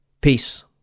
Peace